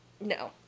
no